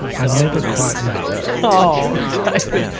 i never quite made it. oh david,